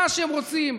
מה שהם רוצים,